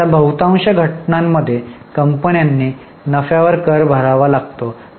आता बहुतांश घटनांमध्ये कंपन्यांनी नफ्यावर कर भरावा लागतो